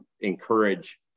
encourage